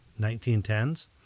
1910s